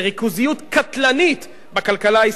לריכוזיות קטלנית בכלכלה.